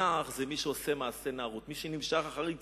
נער זה מי שעושה מעשה נערות, מי שנמשך אחרי יצרו.